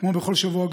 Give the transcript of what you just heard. כמו בכל שבוע,